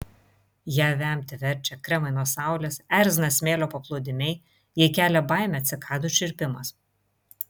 ją vemti verčia kremai nuo saulės erzina smėlio paplūdimiai jai kelia baimę cikadų čirpimas